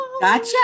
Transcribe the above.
Gotcha